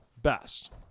Best